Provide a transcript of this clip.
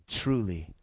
truly